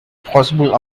possible